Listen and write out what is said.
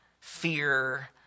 fear